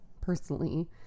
personally